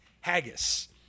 haggis